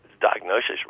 diagnosis